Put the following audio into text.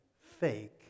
fake